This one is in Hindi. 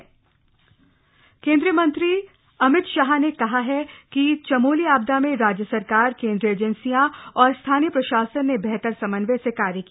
गहमंत्री सीएम मलाकात केंद्रीय गृह मंत्री अमित शाह न कहा कि चमोली आपदा में राज्य सरकार कम्द्रीय एजेंसियों और स्थानीय प्रशासन न बहतर समन्वय स कार्य किया